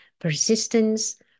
persistence